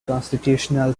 constitutional